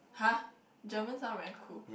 [huh] German sound very cool